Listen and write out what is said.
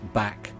back